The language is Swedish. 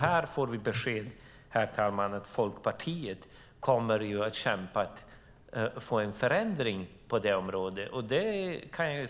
Här får vi beskedet att Folkpartiet kommer att kämpa för en förändring på det området.